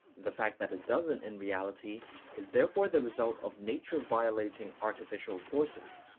the fact that it doesn't in reality is therefore the result of nature-violating artificial forces,